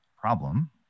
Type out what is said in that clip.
problem